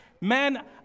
man